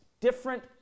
different